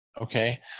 okay